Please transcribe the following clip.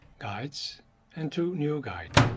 guides and to new guide.